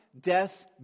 death